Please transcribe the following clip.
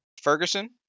Ferguson